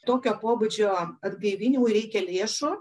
tokio pobūdžio atgaivinimui reikia lėšų